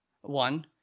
One